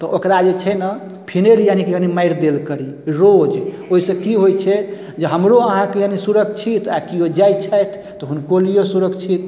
तऽ ओकरा जे छै ने फिनाइल यानि कनी मारि देल करी रोज ओइसँ की होइ छै जे हमरो अहाँके यानि सुरक्षित आओर किओ जाइ छथि तऽ हुनको लिए सुरक्षित